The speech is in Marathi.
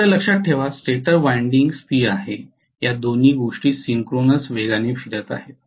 कृपया लक्षात ठेवा स्टेटर वायंडिंग स्थिर आहे या दोन्ही गोष्टी सिंक्रोनस वेगाने फिरत आहेत